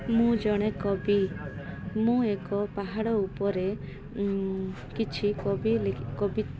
ମୁଁ ଜଣେ କବି ମୁଁ ଏକ ପାହାଡ଼ ଉପରେ କିଛି କବି କବି